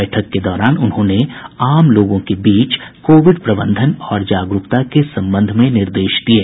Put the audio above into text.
बैठक के दौरान उन्होंने आम लोगों के बीच कोविड प्रबंधन और जागरूकता के संबंध में निर्देश दिये